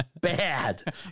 bad